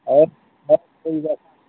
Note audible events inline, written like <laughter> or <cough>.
और और कोई <unintelligible>